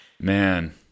man